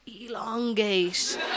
elongate